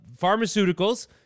pharmaceuticals